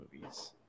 movies